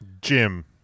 Jim